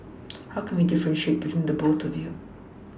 how can we differentiate between the both of you